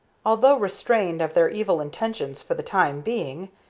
although restrained of their evil intentions for the time being,